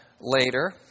later